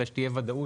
אלא שתהיה ודאות,